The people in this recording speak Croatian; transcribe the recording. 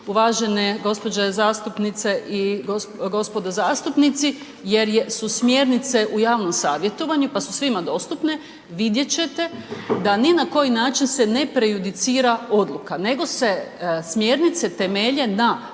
uvažene gospođe zastupnice i gospodo zastupnici, jer su smjernice u javnom savjetovanju pa su svima dostupne, vidjet ćete da ni na koji način se ne prejudicira odluka, nego se smjernice temelje na